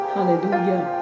Hallelujah